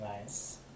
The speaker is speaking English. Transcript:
nice